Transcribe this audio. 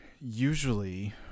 Usually